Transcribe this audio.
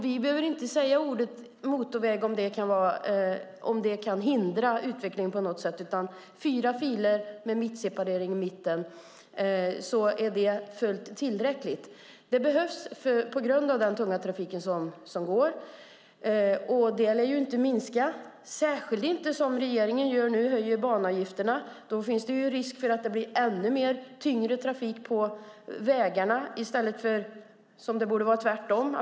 Vi behöver inte använda ordet motorväg om det på något sätt kan hindra utvecklingen. Fyra filer med mittseparering är fullt tillräckligt. Det behövs på grund av den tunga trafiken, och den lär inte minska, särskilt inte när regeringen nu höjer banavgifterna. Då finns det risk för ännu mer tung trafik på vägarna i stället för tvärtom.